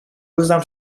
روزم